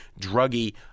druggy